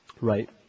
Right